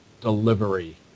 delivery